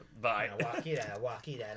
bye